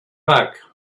back